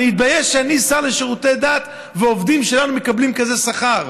אני מתבייש שאני שר לשירותי דת ועובדים שלנו מקבלים כזה שכר.